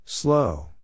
Slow